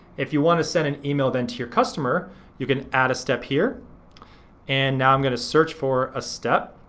if you want to send an email then to your customer you can add step here and now i'm gonna search for a step